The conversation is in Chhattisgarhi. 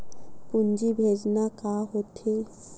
पूंजी भेजना का होथे?